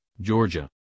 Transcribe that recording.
georgia